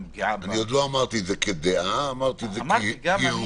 עוד לא אמרתי את זה כדעה, אמרתי את זה כהרהור.